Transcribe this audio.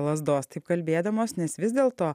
lazdos taip kalbėdamos nes vis dėlto